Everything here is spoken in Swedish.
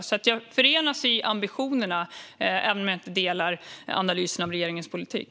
Vi kan alltså förenas i ambitionerna, även om jag inte delar analysen av regeringens politik.